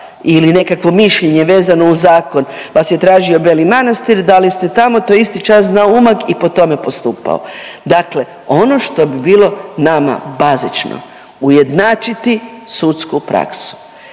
ili nekakvo mišljenje vezano uz zakon vas je tražio Beli Manastir, dali ste tamo to je isti čas znao Umag i po tome postupao. Dakle, ono što bi bilo nama bazično, ujednačiti sudsku praksu.